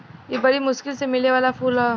इ बरी मुश्किल से मिले वाला फूल ह